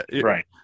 right